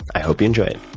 i hope you enjoy it